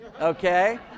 okay